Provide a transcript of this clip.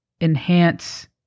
enhance